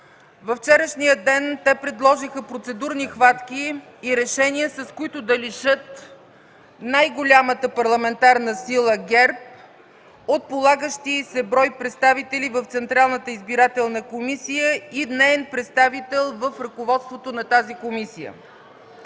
вчерашния ден те приложиха процедурни хватки и решения, с които да лишат най-голямата парламентарна сила – ГЕРБ, от полагащия й се брой представители в Централната избирателна комисия и от неин представител в ръководството й. Според